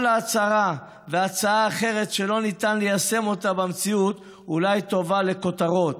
כל הצהרה או הצעה אחרת שלא ניתן ליישם במציאות אולי טובה לכותרות,